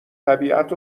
طبیعت